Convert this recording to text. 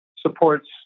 supports